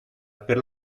per